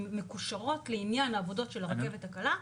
שמקושרות לעניין העבודות של הרכבת הקלה.